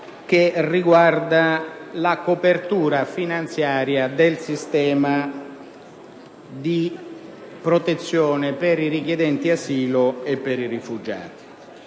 che riguarda la copertura finanziaria del sistema di protezione per i richiedenti asilo e per i rifugiati.